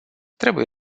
trebuie